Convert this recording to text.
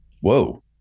Whoa